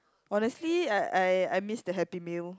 honestly I I miss the happy meal